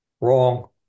Wrong